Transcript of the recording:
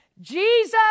Jesus